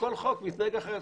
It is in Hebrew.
וכל חוק מתנהג אחרת.